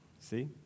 See